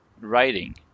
writing